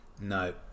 no